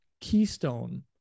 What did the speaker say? keystone